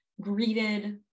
greeted